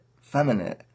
feminine